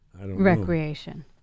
recreation